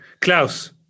Klaus